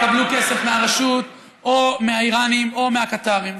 יקבלו כסף מהרשות או מהאיראנים או מהקטארים.